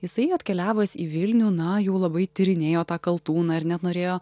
jisai atkeliavęs į vilnių na jau labai tyrinėjo tą kaltūną ir net norėjo